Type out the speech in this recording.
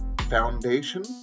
foundation